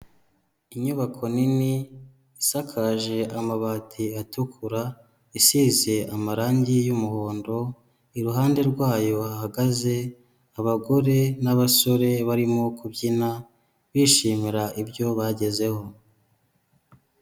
Inyubako nini isakaje amabati atukura isize amarangi y'umuhondo, iruhande rwayo hahagaze abagore n'abasore barimo kubyina bishimira ibyo bagezeho.